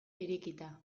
irekita